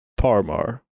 Parmar